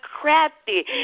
crafty